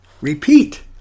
Repeat